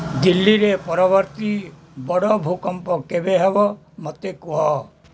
ଦିଲ୍ଲୀରେ ପରବର୍ତ୍ତୀ ବଡ଼ ଭୂକମ୍ପ କେବେ ହେବ ମୋତେ କୁହ